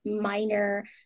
minor